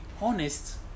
honest